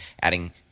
adding –